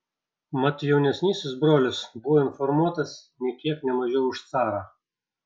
mat jaunesnysis brolis buvo informuotas nė kiek ne mažiau už carą